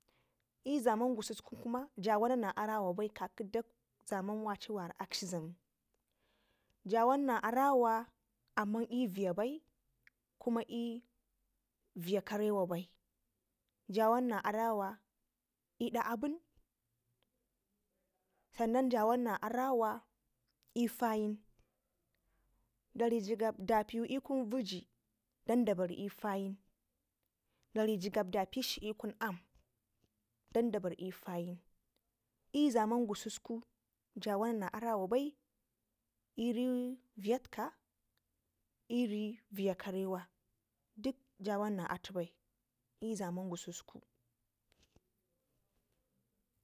i'zaman gususku kuma ja wana na arawa ba i kaƙi dak zaman waci wara akshi dlamu jawana na arawa amman i'viyya bai kuma i'viyya karewa bai je wana na arawa i'da aɓun sannan ja wana na arawa i'fayin dari jigab dapiwu i'kun ɓaji dan da bari i'fayin dari jigab dakpikshi i'kun aam dauda bar i'fayin i'zaman gusuku ja wanna na arawa bai i'ri viyyadtikka iri viyya karewa bai dik jawa na na atu bai i'zaman gusuku.